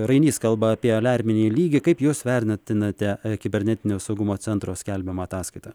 rainys kalba apie aliarminį lygį kaip jūs vertina tinate kibernetinio saugumo centro skelbiamą ataskaitą